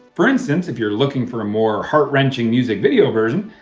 for instance, if you're looking for a more heart-wrenching music video version,